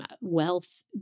wealth